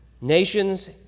nations